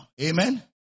amen